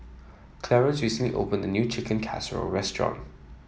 Clarence recently opened a new Chicken Casserole restaurant